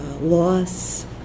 loss